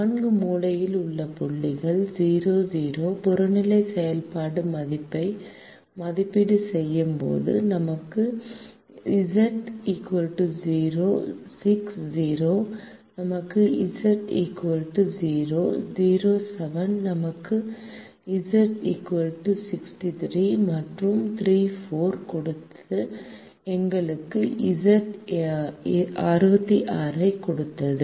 4 மூலையில் உள்ள புள்ளிகளில் 0 0 புறநிலை செயல்பாடு மதிப்பை மதிப்பீடு செய்தபோது நமக்கு Z 0 6 0 நமக்கு Z 60 0 7 நமக்கு Z 63 மற்றும் 3 4 கொடுத்தது நமக்கு Z 66 ஐக் கொடுத்தது